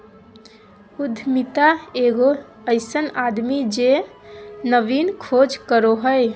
उद्यमिता एगो अइसन आदमी जे नवीन खोज करो हइ